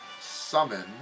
summon